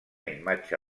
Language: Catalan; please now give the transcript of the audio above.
imatge